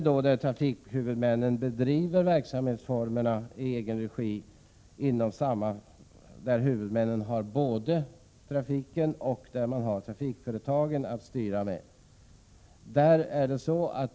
När trafikhuvudmännen bedriver verksamhet i egen regi har de alltså både trafiken och trafikföretagen att styra med.